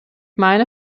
meine